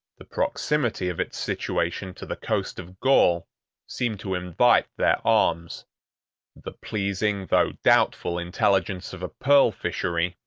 the proximity of its situation to the coast of gaul seemed to invite their arms the pleasing though doubtful intelligence of a pearl fishery,